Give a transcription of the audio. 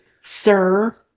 sir